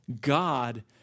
God